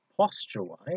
Posture-wise